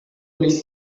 leave